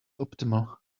optimal